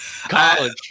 College